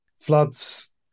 floods